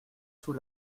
sous